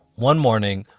one morning,